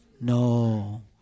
No